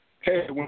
Hey